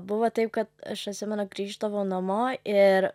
buvo taip kad aš atsimenu grįždavau namo ir